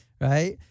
right